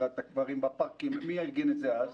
חפירת הקברים בפארקים מי ארגן את זה אז?